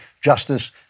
justice